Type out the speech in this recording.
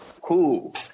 Cool